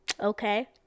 Okay